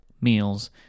meals